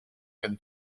can